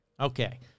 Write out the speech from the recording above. Okay